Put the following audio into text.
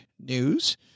News